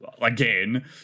again